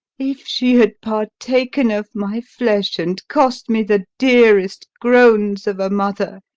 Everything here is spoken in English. if she had partaken of my flesh, and cost me the dearest groans of a mother.